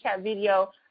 video